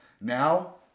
Now